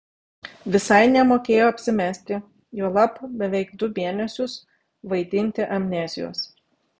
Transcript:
visai nemokėjo apsimesti juolab beveik du mėnesius vaidinti amnezijos